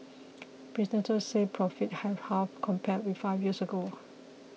businesses said profits have halved compared with five years ago